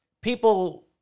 People